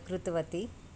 कृतवती